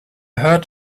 heard